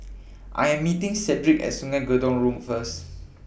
I Am meeting Cedrick At Sungei Gedong Road First